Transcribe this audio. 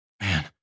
Man